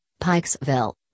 Pikesville